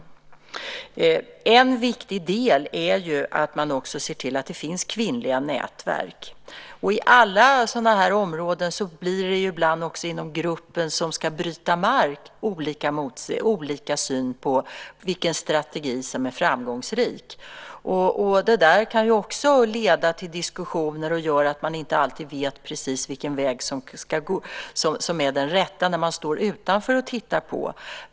En viktig del är att man också ser till att det finns kvinnliga nätverk. Som inom alla sådana här områden blir det ibland också inom gruppen som ska bryta mark olika syn på vilken strategi som är framgångsrik. Det kan också leda till diskussioner, vilket gör att man inte alltid vet vilken väg som är den rätta när man står utanför och tittar på.